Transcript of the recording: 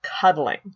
cuddling